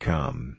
Come